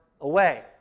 away